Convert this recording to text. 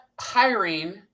hiring